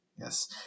Yes